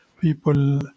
people